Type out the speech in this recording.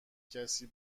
کسی